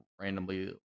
randomly